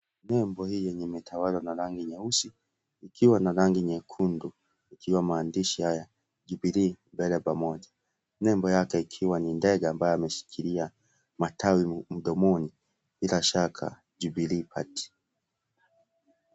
Nembo hii yenye imetawalwa na rangi nyeusi, ikiwa na rangi nyekundu, ikiwamaandishi haya, Jubilee mbele pamoja, nembo yake ikiwa ni ndege ambaye ameshikilia matawi mdomoni bila shaka Jubilee Party.